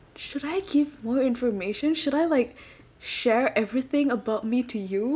should I give more information should I like share everything about me to you